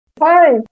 hi